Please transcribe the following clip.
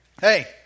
hey